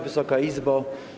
Wysoka Izbo!